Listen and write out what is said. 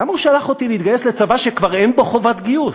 למה הוא שלח אותי להתגייס לצבא שכבר אין בו חובת גיוס?